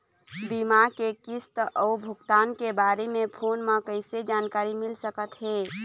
बीमा के किस्त अऊ भुगतान के बारे मे फोन म कइसे जानकारी मिल सकत हे?